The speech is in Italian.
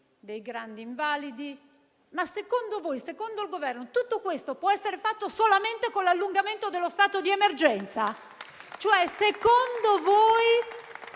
dei grandi invalidi. Secondo voi, secondo il Governo, tutto questo può essere fatto solamente con il prolungamento dello stato di emergenza? Cioè, secondo voi,